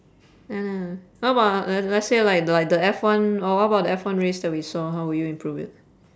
oh no how about uh let let's say like the like the F one or what about F one race that we saw how will you improve it